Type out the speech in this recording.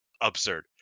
absurd